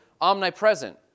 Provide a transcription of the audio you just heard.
omnipresent